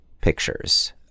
pictures